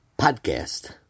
podcast